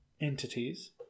entities